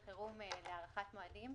ואסור לעשות את זה וכל מה שנלווה לעניין,